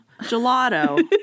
gelato